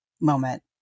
moment